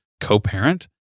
co-parent